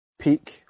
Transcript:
peak